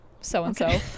so-and-so